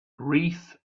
wreath